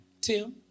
Tim